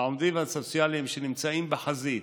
העובדים הסוציאליים שנמצאים בחזית